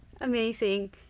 Amazing